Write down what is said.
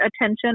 attention